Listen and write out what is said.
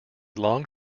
long